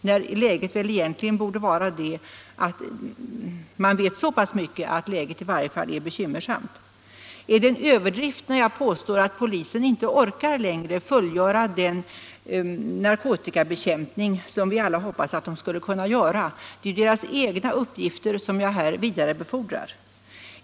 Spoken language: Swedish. Man vet ju i varje fall så pass mycket att läget är bekymmersamt. Är det en överdrift när jag påstår att polisen inte längre orkar fullgöra den narkotikabekämpning som vi alla hoppades att den skulle kunna genomföra? Jag har här vidarebefordrat polisens egna uppgifter.